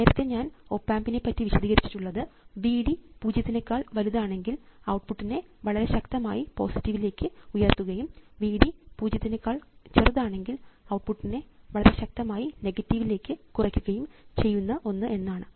നേരത്തെ ഞാൻ ഓപ് ആമ്പിനെ പറ്റി വിശദീകരിച്ചിട്ടുള്ളത് V d പൂജ്യത്തിനേക്കാൾ വലുതാണെങ്കിൽ ഔട്ട്പുട്ട്നെ വളരെ ശക്തമായി പോസിറ്റീവ് ലേക്ക് ഉയർത്തുകയും V d പൂജ്യത്തിനേക്കാൾ ചെറുതാണെങ്കിൽ ഔട്ട്പുട്ട്നെ വളരെ ശക്തമായി നെഗറ്റീവ് ലേക്ക് കുറയ്ക്കുകയും ചെയ്യുന്ന ഒന്ന് എന്നാണ്